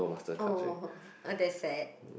oh that's sad